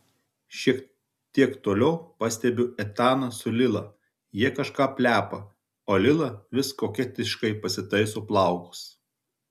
šiek tiek toliau pastebiu etaną su lila jie kažką plepa o lila vis koketiškai pasitaiso plaukus